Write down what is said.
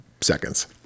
seconds